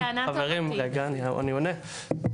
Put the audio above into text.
חברים, רגע אני עונה.